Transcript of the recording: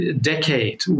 decade